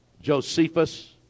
Josephus